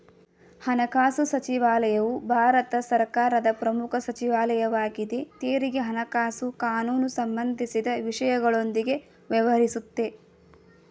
ಹಣಕಾಸು ಸಚಿವಾಲಯವು ಭಾರತ ಸರ್ಕಾರದ ಪ್ರಮುಖ ಸಚಿವಾಲಯವಾಗಿದೆ ತೆರಿಗೆ ಹಣಕಾಸು ಕಾನೂನು ಸಂಬಂಧಿಸಿದ ವಿಷಯಗಳೊಂದಿಗೆ ವ್ಯವಹರಿಸುತ್ತೆ